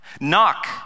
Knock